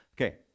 Okay